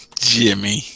Jimmy